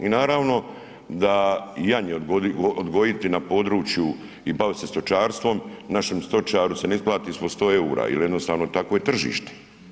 I naravno da janje odgojiti na području i baviti se stočarstvom našem stočaru se ne isplati ispod 100 EUR-a jer jednostavno takvo je tržište.